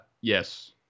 yes